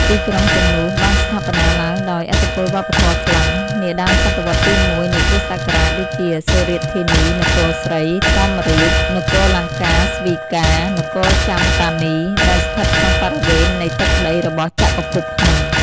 ទីក្រុងទាំងនោះបានស្ថាបនាឡើងដោយ ឥទ្ធិពលវប្បធម៌ក្លិង្គ នាដើមសតវត្សរ៍ទី១ នៃគ្រិស្តសករាជ ដូចជា សុរាតធានី នគរស្រី ធម្មរាជ នគរលង្កាស្វីកា នគរចាំតានី ដែលស្ថិតក្នុងបរិវេណនៃទឹកដីរបស់ ចក្រភពភ្នំ។